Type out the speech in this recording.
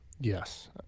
Yes